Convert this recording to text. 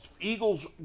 Eagles